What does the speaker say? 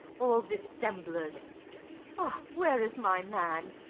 all dissemblers ah, where's my man?